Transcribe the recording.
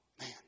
man